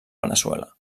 veneçuela